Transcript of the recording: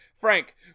Frank